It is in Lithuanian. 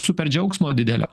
super džiaugsmo didelio